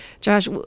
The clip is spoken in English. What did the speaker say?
Josh